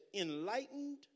enlightened